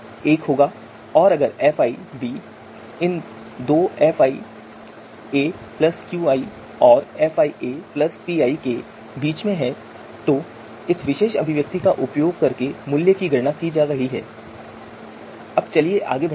और अगर fi इन दो fi qi और fi pi के बीच में है तो इस विशेष अभिव्यक्ति का उपयोग करके मूल्य की गणना की जा रही है अब चलिए आगे बढ़ते हैं